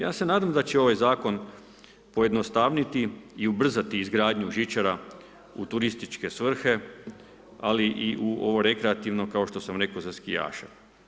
Ja se nadam da će ovaj zakon pojednostaviti i ubrzati izgradnju žičara u turističke svrhe ali i u ovo rekreativno kao što sam rekao za skijaše.